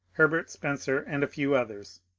herbert spencer, and a few others.